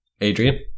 Adrian